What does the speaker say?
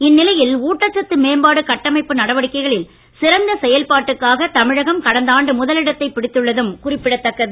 இந்நிலையில் ஊட்டச்சத்து மேம்பாடு கட்டமைப்பு நடவடிக்கைகளில் சிறந்த செயல்பாட்டுக்காக தமிழகம் கடந்த ஆண்டு முதலிடத்தைப் பிடித்துள்ளதும் குறிப்பிடத்தக்கது